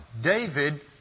David